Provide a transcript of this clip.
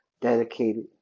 dedicated